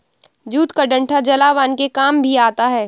jute का डंठल जलावन के काम भी आता है